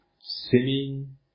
swimming